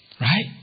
Right